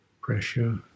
Pressure